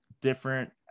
different